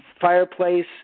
fireplace